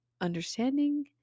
understanding